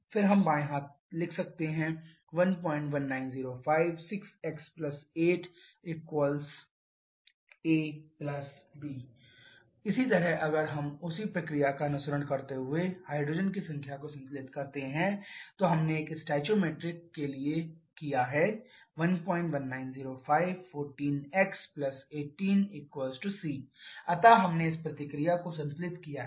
फिर हम बाएं हाथ से लिख सकते हैं 11905 6x 8 a b इसी तरह अगर हम उसी प्रक्रिया का अनुसरण करते हुए हाइड्रोजन की संख्या को संतुलित करते हैं जो हमने एक स्टोइकोमीट्रिक के लिए किया है 11905 14x 18 c अतः हमने इस प्रतिक्रिया को संतुलित किया है